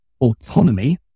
autonomy